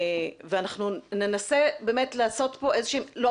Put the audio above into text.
ואנחנו ננסה מאוד לעשות פה איזה שהם לא,